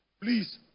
Please